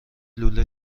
لوله